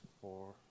four